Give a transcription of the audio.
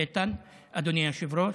איתן, אדוני היושב-ראש.